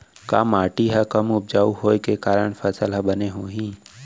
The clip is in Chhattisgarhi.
का माटी हा कम उपजाऊ होये के कारण फसल हा बने होही?